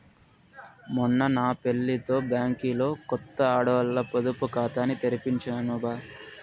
మొన్న నా పెళ్లితో బ్యాంకిలో కొత్త ఆడోల్ల పొదుపు కాతాని తెరిపించినాను బా